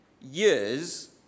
years